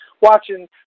watching